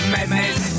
Madness